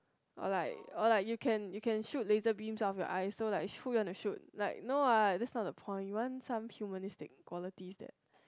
oh like oh like you can you can shoot laser beam off your eyes so like who you want to shoot like no what that's not the point you want some humanistic quality that